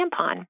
tampon